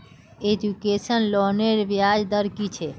Education लोनेर ब्याज दर कि छे?